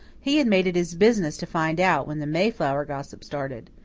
he had made it his business to find out when the mayflower gossip started.